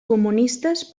comunistes